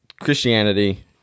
Christianity